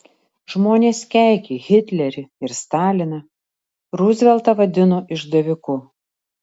žmonės keikė hitlerį ir staliną ruzveltą vadino išdaviku